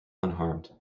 unharmed